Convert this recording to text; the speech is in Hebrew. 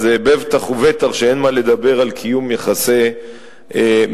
אז בטח ובטח שאין מה לדבר על קיום יחסי מסחר.